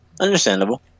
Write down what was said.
understandable